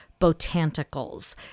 Botanicals